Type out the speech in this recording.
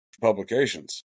publications